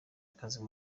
akazi